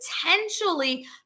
potentially